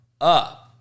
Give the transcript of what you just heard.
up